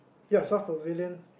ya south pavillion